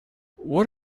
what